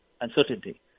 uncertainty